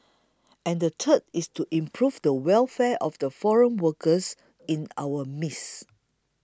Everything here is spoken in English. and the third is to improve the welfare of the foreign workers in our midst